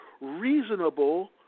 reasonable